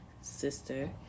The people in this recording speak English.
sister